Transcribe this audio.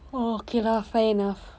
oh okay lah fair enough